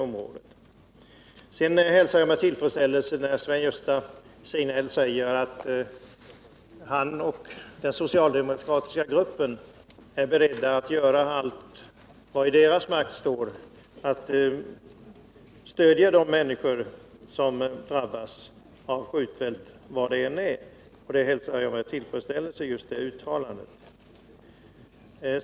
Jag hälsar med tillfredsställelse Sven-Gösta Signells uttalande att han och den socialdemokratiska gruppen är beredda att göra allt vad i deras makt står föratt stödja de människor som drabbas av ”skjutfält” , där hem och arbete tas ifrån dem var de än bor.